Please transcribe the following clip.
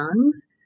tongues